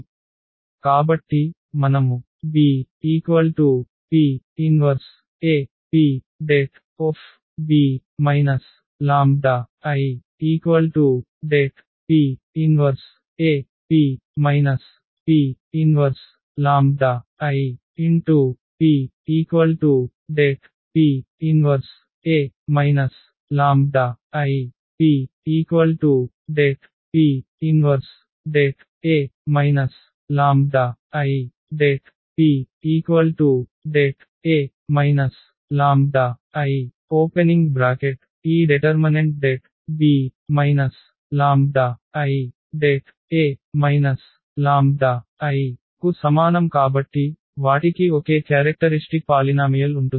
కాబట్టి మనము BP 1AP det B λI det P 1AP P 1λIP det⁡P 1A λIP detP 1det A λI det P det A λI ఈ determinant det B λI det A λI కు సమానం కాబట్టి వాటికి ఒకే characteristic polynomial ఉంటుంది